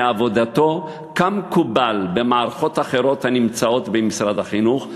העבודה בו למקובל במערכות אחרות הנמצאות במשרד החינוך,